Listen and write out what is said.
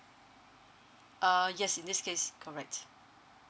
uh yes in this case correct